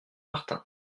martin